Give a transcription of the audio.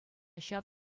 ҫав